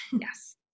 yes